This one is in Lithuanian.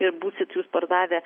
ir būsit jūs pardavę